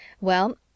Well